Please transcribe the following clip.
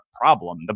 problem